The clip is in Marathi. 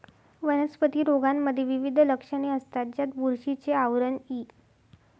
वनस्पती रोगांमध्ये विविध लक्षणे असतात, ज्यात बुरशीचे आवरण इ